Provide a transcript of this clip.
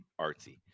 artsy